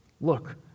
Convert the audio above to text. Look